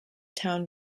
towne